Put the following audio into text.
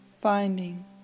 finding